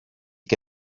che